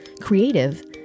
creative